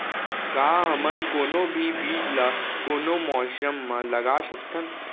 का हमन कोनो भी बीज ला कोनो मौसम म लगा सकथन?